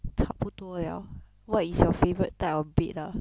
差不多 liao what is your favourite type of bed ah